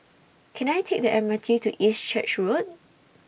Can I Take The M R T to East Church Road